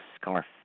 scarf